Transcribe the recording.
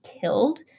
killed